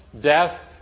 death